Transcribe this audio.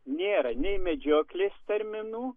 nėra nei medžioklės terminų